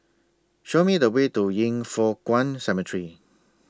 Show Me The Way to Yin Foh Kuan Cemetery